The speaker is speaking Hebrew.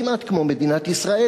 כמעט כמו מדינת ישראל.